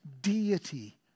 deity